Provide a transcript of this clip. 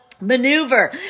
maneuver